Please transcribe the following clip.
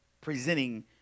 presenting